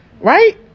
Right